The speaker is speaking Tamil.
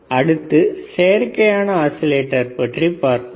அடுத்து செயற்கையான ஆஸிலேட்டர் பற்றி பார்ப்போம்